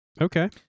Okay